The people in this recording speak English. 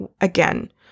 again